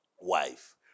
wife